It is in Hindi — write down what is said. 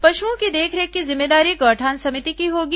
पशुओं की देखरेख की जिम्मेदारी गौठान समिति की होगी